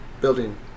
building